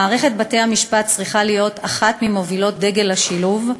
מערכת בתי-המשפט צריכה להיות אחת ממובילות דגל השילוב,